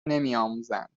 نمیآموزند